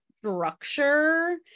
structure